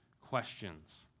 questions